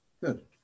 good